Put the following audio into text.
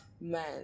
man